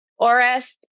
Orest